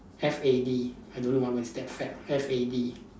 F A D I don't know what word is that fad F A D